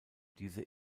diese